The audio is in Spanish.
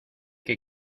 que